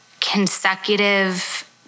consecutive